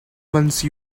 once